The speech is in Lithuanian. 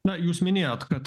na jūs minėjot kad